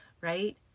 right